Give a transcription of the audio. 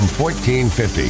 1450